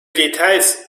details